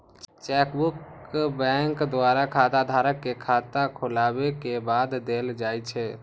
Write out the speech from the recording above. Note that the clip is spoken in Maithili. चेकबुक बैंक द्वारा खाताधारक कें खाता खोलाबै के बाद देल जाइ छै